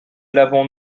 l’avons